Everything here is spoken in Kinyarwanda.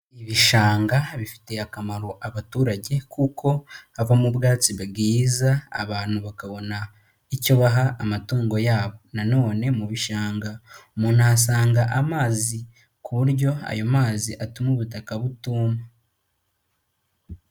Ibishanga bifitiye akamaro abaturage, kuko havamo ubwatsi bwiza abantu bakabona icyo baha amatungo yabo. Nanone mu bishanga umuntu ahasanga amazi, ku buryo ayo mazi atuma ubutaka butuma.